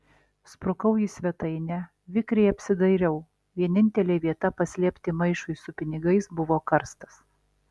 sprukau į svetainę vikriai apsidairiau vienintelė vieta paslėpti maišui su pinigais buvo karstas